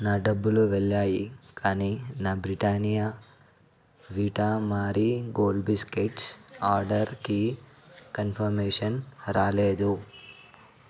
నా డబ్బులు వెళ్ళాయి కానీ నా Britannia Vita Marie Gold biscuits ఆర్డర్కి కన్ఫర్మేషన్ రాలేదు